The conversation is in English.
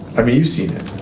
i mean you've seen it.